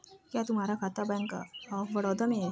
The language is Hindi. क्या तुम्हारा खाता बैंक ऑफ बड़ौदा में है?